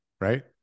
right